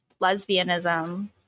lesbianism